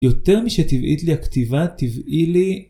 יותר משטבעית לי הכתיבה, טבעי לי...